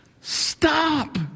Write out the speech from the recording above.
stop